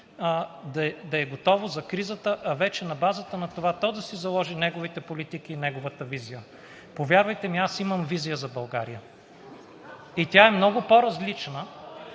да е готово за кризата, а вече на базата на това то да си заложи неговите политики и неговата визия. Повярвайте ми, аз имам визия за България и тя е много по-различна